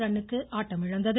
ரன்னுக்கு ஆட்டமிழந்தது